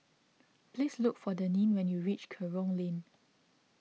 please look for Denine when you reach Kerong Lane